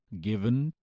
given